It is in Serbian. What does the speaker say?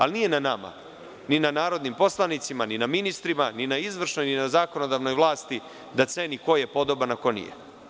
Ali nije na nama, ni na narodnim poslanicima, ni na ministrima, ni na izvršnoj, ni na zakonodavnoj vlasti da ceni ko je podoban, a ko nije.